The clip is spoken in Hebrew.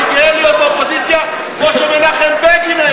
אני גאה להיות באופוזיציה, כמו שמנחם בגין היה.